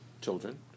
children